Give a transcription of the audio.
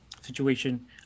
situation